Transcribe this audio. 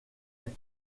être